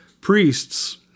priests